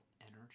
energy